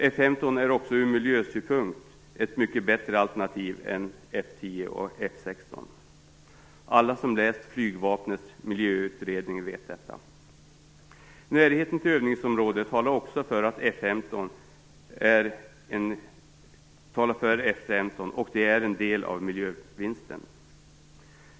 F 15 är också från miljösynpunkt ett mycket bättre alternativ än F 10 och F 16. Alla som har läst flygvapnets miljöutredning vet detta. Närheten till övningsområdet talar också för F 15, vilket är en del av miljövinsten.